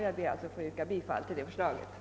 Jag ber att få yrka bifall till utskottets hemställan.